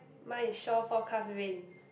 my is shore forecast rain